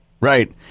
right